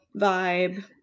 vibe